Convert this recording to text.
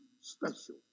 special